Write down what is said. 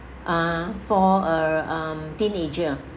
uh for a um teenager